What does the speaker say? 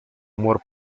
amor